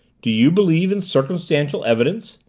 do you believe in circumstantial evidence?